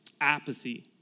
apathy